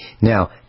Now